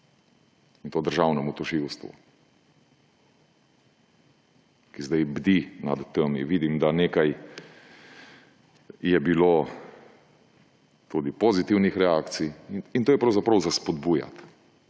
in to Državnemu tožilstvu, ki zdaj bdi nad temi. Vidim, da je bilo nekaj tudi pozitivnih reakcij, in to je pravzaprav za spodbujati,